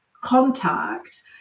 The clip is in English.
contact